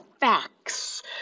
facts